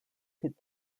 could